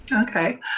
Okay